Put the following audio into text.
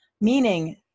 meaning